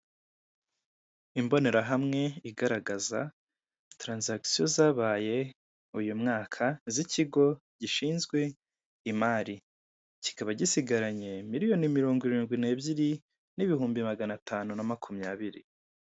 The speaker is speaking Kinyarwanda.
Imbonerehamwe igaraggaza taranzagisiyo zabaye uyu mwaka z'ikigo gishinzwe imari. Kikaba gisigaranye miriyoni mirongo irindwi n'ebyiri n'ibihumbi magana atanu na makumyabiri.